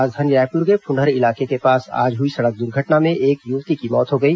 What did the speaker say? राजधानी रायपुर के फुंडहर इलाके के पास आज हुई सड़क दुर्घटना में एक युवती की मौत हो गई